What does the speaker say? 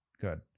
good